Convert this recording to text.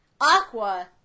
Aqua